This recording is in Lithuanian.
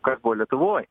kas buvo lietuvoj